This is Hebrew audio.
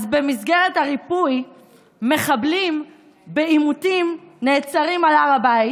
אז במסגרת הריפוי נעצרים מחבלים בעימותים על הר הבית,